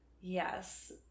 Yes